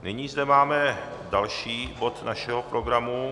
Nyní zde máme další bod našeho programu.